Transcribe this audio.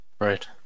right